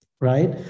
right